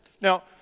Now